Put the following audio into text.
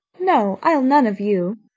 no, i'll none of you.